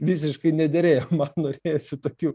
visiškai nederėjo man norėjosi tokių